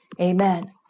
amen